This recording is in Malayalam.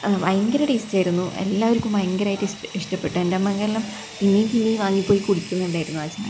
ഭയങ്കര ടെസ്റ്റ് ആയിരുന്നു എല്ലാവര്ക്കും ഭയങ്കരമായിട്ട് ഇഷ്ടപ്പെട്ടു എന്റെ അമ്മക്കെല്ലാം പിന്നെ പിന്നെ വാങ്ങി പോയി കുടിക്കുന്നുണ്ടായിരുന്നു ആ ചായ